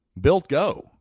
BuiltGo